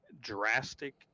drastic